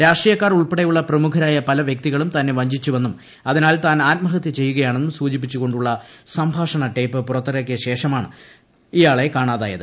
രാഷ്ട്രീയക്കാർ ഉൾപ്പെടെയുളള പ്രമുഖരായ പല വ്യക്തികളും തന്നെ വഞ്ചിച്ചുവെന്നും അതിനാൽ താൻ ആത്മഹത്യ ചെയ്യുകയാണെന്നും സൂചിപ്പിച്ചുകൊ ുളള സംഭാഷണ ടേപ്പ് പുറത്തിറക്കിയ ശേഷമാണ് ഇയാളെ കാണാതായത്